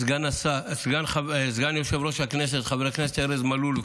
סגן יושב-ראש הכנסת חבר הכנסת ארז מלול,